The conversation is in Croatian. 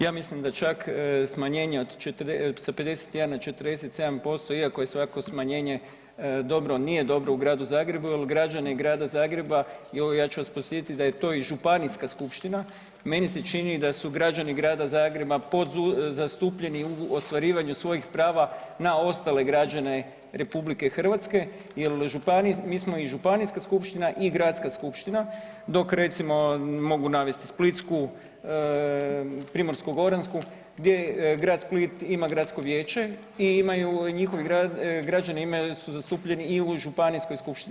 Ja mislim da čak smanjenje sa 51 na 47% iako je svako smanjenje dobro nije dobro u Gradu Zagrebu jel građani Grada Zagreba ja ću vas podsjetiti da je to i županijska skupština, meni se čini da su građani Grada Zagreba podzastupljeni u ostvarivanju svojih prava na ostale građane RH jel mi smo i županijska skupština i gradska skupština, dok recimo mogu navesti splitsku, primorsko-goransku gdje Grad Split ima gradsko vijeće i njihovi građani su zastupljeni i u županijskoj skupštini.